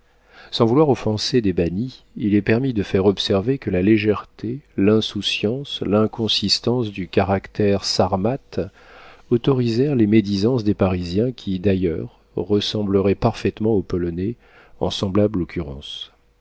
sans vouloir offenser des bannis il est permis de faire observer que la légèreté l'insouciance l'inconsistance du caractère sarmate autorisèrent les médisances des parisiens qui d'ailleurs ressembleraient parfaitement aux polonais en semblable occurrence